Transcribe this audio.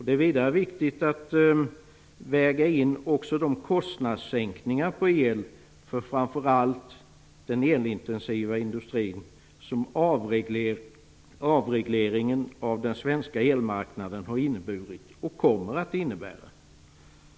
Det är vidare viktigt att också väga in de kostnadssänkningar på el som avregleringen av den svenska elmarknaden har inneburit och kommer att innebära, framför allt för den elintensiva industrin.